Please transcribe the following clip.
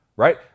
Right